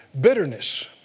Bitterness